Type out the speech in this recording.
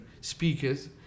speakers